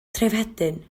trefhedyn